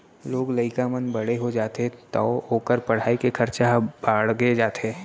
लोग लइका मन बड़े हो जाथें तौ ओकर पढ़ाई के खरचा ह बाड़गे जाथे